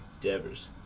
Devers